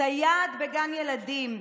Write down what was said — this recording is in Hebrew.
סייעת בגן ילדים,